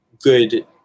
good –